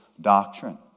doctrine